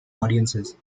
audiences